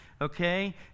okay